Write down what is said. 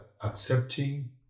accepting